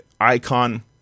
icon